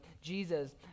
Jesus